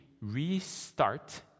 restart